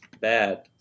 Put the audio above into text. bad